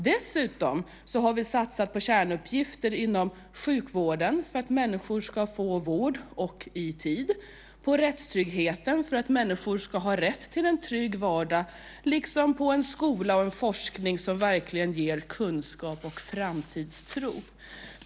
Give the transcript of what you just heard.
Dessutom har vi satsat på kärnuppgifter inom sjukvården för att människor ska få vård och i tid, på rättstryggheten för att människor har rätt till en trygg vardag liksom på en skola och en forskning som verkligen ger kunskap och framtidstro.